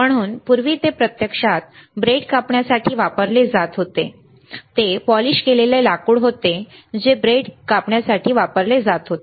म्हणून पूर्वी ते प्रत्यक्षात ब्रेड कापण्यासाठी वापरले जात होते ते पॉलिश केलेले लाकूड होते जे ब्रेड कापण्यासाठी वापरले जात होते